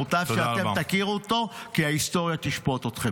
מוטב שאתם תקימו אותה, כי ההיסטוריה תשפוט אתכם.